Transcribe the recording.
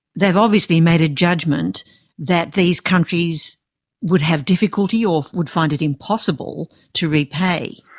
they've obviously made a judgement that these countries would have difficulty, or would find it impossible, to repay.